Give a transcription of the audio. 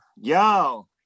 yo